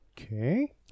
Okay